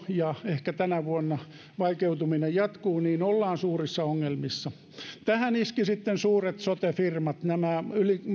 ja ehkä tänä vuonna vaikeutuminen jatkuu niin ollaan suurissa ongelmissa tähän iskivät sitten suuret sote firmat nämä